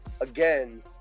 again